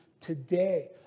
Today